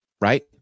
Right